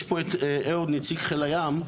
יש פה את אהוד נציג חיל היום,